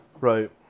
Right